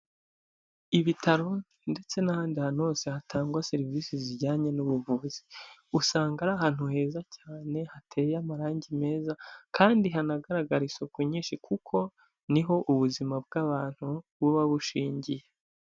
Ibitaro ndetse n'ahandi hantu hose hatangwa serivisi zijyanye n'ubuvuzi, usanga ari ahantu heza cyane hateye amarangi meza kandi hanagaragara isuku nyinshi kuko niho ubuzima bw'abantu buba bushingiye.